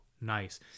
nice